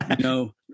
No